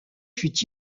fut